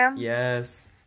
Yes